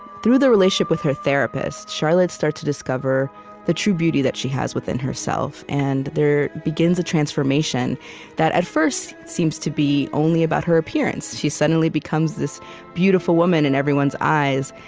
through the relationship with her therapist, charlotte starts to discover the true beauty that she has within herself, and there begins a transformation that at first seems to be only about her appearance. she suddenly becomes this beautiful woman in everyone's eyes,